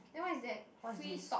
then what is that free talk